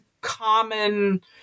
common